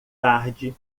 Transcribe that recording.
tarde